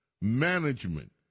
Management